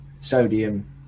sodium